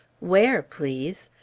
where, please?